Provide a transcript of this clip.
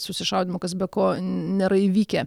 susišaudymų kas be ko nėra įvykę